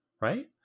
Right